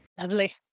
Lovely